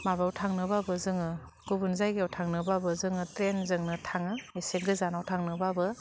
माबायाव थांनोबाबो जोङो गुबुन जायगायाव थांनोबाबो जोङो ट्रेइनजोंनो थाङो एसे गोजानाव थांनोबाबो